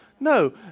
No